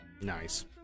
Nice